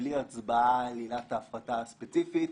בלי הצבעה על עילת ההפחתה הספציפית.